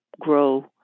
grow